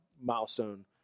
milestone